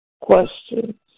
questions